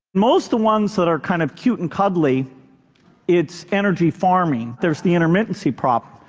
most the ones that are kind of cute and cuddly its energy farming. there's the intermittency problem,